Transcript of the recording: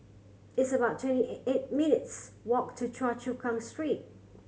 it's about twenty eight minutes' walk to Choa Chu Kang Street